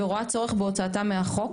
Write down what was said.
ורואה צורך בהוצאתם מהחוק.